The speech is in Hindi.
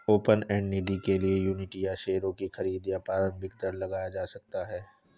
ओपन एंड निधि के लिए यूनिट या शेयरों की खरीद पर प्रारम्भिक दर लगाया जा सकता है